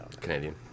Canadian